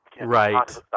Right